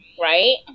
right